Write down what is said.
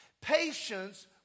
Patience